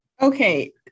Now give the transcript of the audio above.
Okay